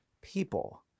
people